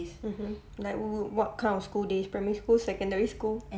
mmhmm like w~ what kind of school days primary school secondary school